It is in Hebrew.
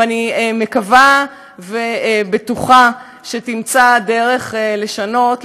ואני מקווה ובטוחה שתמצא דרך לשנות,